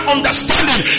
Understanding